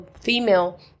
female